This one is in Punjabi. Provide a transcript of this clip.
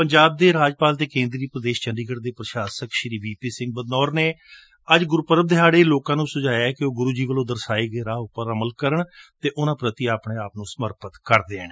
ਪੰਜਾਬ ਦੇ ਰਾਜਪਾਲ ਅਤੇ ਕੇਂਦਰੀ ਪ੍ਰਦੇਸ਼ ਚੰਡੀਗੜ੍ਪ ਦੇ ਪ੍ਰਸ਼ਾਸਕ ਵੀ ਪੀ ਸਿੰਘ ਬਦਨੌਰ ਨੇ ਅੱਜ ਗੁਰਪਰਬ ਦਿਹਾੜੇ ਲੋਕਾ ਨੂੰ ਸੁਝਾਇਐ ਕਿ ਉਹ ਗੁਰੂ ਜੀ ਵੱਲੋ ਦਰਸਾਏ ਰਾਹ ਉਪਰ ਅਮਲ ਕਰਨ ਅਤੇ ਉਨਾਂ ਪ੍ਰਤੀ ਆਪਣੇ ਆਪ ਨੂੰ ਸਮਰਪਿਤ ਕਰ ਦੇਣ